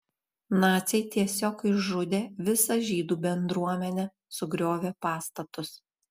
naciai tiesiog išžudė visą žydų bendruomenę sugriovė pastatus